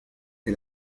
que